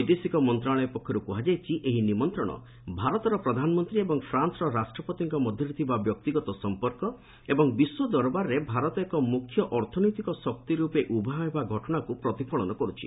ବୈଦେଶିକ ମନ୍ତ୍ରଣାଳୟ ପକ୍ଷରୁ କୁହାଯାଇଛି ଏହି ନିମନ୍ତ୍ରଣ ଭାରତର ପ୍ରଧାନମନ୍ତ୍ରୀ ଏବଂ ଫ୍ରାନ୍ୱର ରାଷ୍ଟ୍ରପତିଙ୍କ ମଧ୍ୟରେ ଥିବା ବ୍ୟକ୍ତିଗତ ସମ୍ପର୍କ ଏବଂ ବିଶ୍ୱ ଦରବାରରେ ଭାରତ ଏକ ମୁଖ୍ୟ ଅର୍ଥନୈତିକ ଶକ୍ତି ରୂପେ ଉଭା ହେବା ଘଟଣାକୁ ପ୍ରତିଫଳନ କରୁଛି